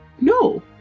No